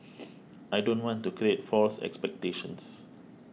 I don't want to create false expectations